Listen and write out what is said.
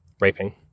raping